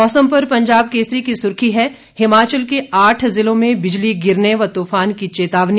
मौसम पर पंजाब केसरी की सुर्खी है हिमाचल के आठ ज़िलों में बिजली गिरने व तूफान की चेतावनी